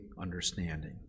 understanding